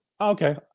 Okay